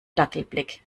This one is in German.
dackelblick